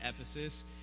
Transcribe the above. Ephesus